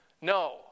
No